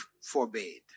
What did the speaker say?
forbade